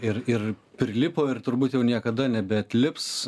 ir ir prilipo ir turbūt jau niekada nebeatlips